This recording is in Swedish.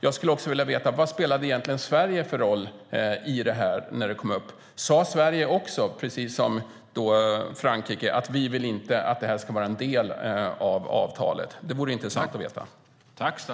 Jag skulle vilja veta vad Sverige egentligen spelade för roll när frågan kom upp. Sade Sverige, precis som Frankrike, att vi inte vill att de ska vara en del av avtalet? Det vore intressant att få veta.